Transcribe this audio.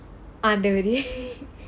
ஆண்டவரே:aandavarae